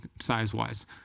size-wise